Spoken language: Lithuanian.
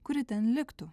kuri ten liktų